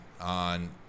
on